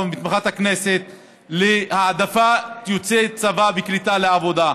ובתמיכת הכנסת להעדפת יוצאי צבא בקליטה לעבודה,